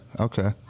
okay